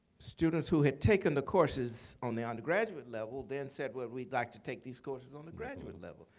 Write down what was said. students who had taken the courses on the undergraduate level then said, well, we'd like to take these courses on the graduate level.